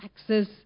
access